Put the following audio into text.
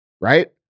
right